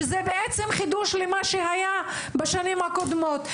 שזה בעצם חידוש למה שהיה בשנים הקודמות.